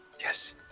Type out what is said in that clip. Yes